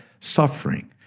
suffering